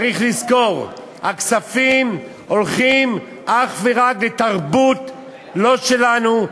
צריך לזכור שהכספים הולכים אך ורק לתרבות לא שלנו.